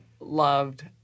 loved